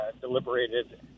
deliberated